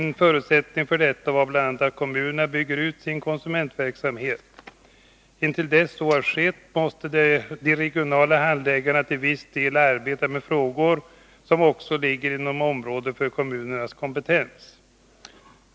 En förutsättning för detta var bl.a. att kommunerna bygger ut sin konsumentverksamhet. Intill dess så har skett måste de regionala handläggarna till viss del arbeta med frågor som också ligger inom området för kommunernas kompetens.